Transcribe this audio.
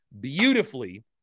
beautifully